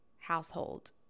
household